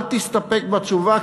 אל תסתפק בתשובה,